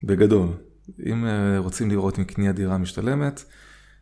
בגדול. אם רוצים לראות מקנית דירה משתלמת